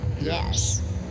Yes